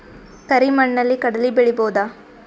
ಕರಿ ಮಣ್ಣಲಿ ಕಡಲಿ ಬೆಳಿ ಬೋದ?